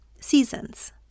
seasons